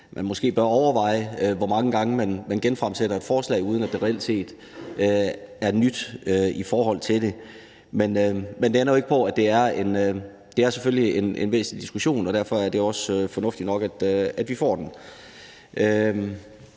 man måske bør overveje, hvor mange gange man genfremsætter et forslag, uden at der reelt set er nyt i forhold til det. Men det ændrer jo ikke på, at det selvfølgelig er en væsentlig diskussion, og derfor er det også fornuftigt nok, at vi får den.